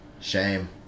shame